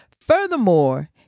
Furthermore